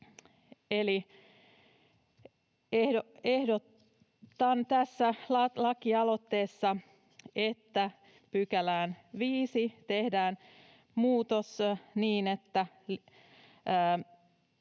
ehdotan tässä lakialoitteessa, että 5 §:ään tehdään muutos niin, että